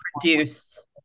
produce